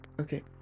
okay